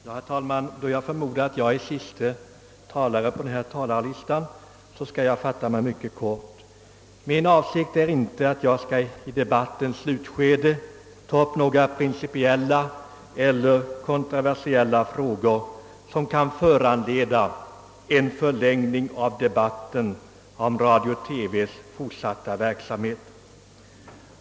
Herr talman! Då jag förmodar att jag är den siste talaren på talarlistan skall jag fatta mig mycket kort. Min avsikt är inte att i debattens slutskede ta upp några principiella eller kontroversiella frågor, som kan föranleda en förlängning av debatten om radio-TV:s fortsatta verksamhet.